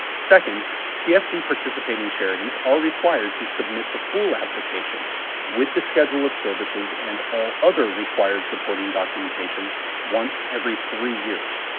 second, cfc-participating charities are required to submit the full application with the schedule of services and all other required supporting documentation once every three years.